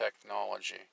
technology